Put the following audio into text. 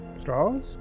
Straws